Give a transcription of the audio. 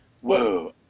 Whoa